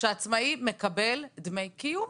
שהעצמאי מקבל דמי קיום.